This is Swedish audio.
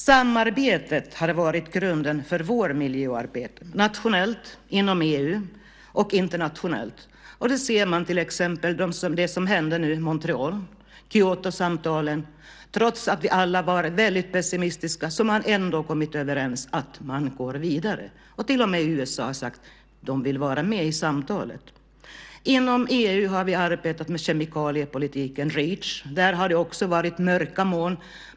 Samarbetet har varit grunden för vårt miljöarbete - nationellt, inom EU och internationellt. Det ser man till exempel i fråga om det som nu händer i Montreal - Kyotosamtalen. Trots att vi alla var väldigt pessimistiska har man ändå kommit överens om att gå vidare. Till och med USA har sagt att man vill vara med i samtalet. Inom EU har vi arbetat med kemikaliepolitiken Reach. Där har det också varit mörka moln.